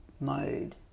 mode